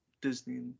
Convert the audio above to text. Disney